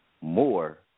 more